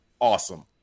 Awesome